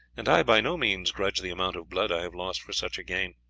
and i by no means grudge the amount of blood i have lost for such a gain.